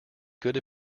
good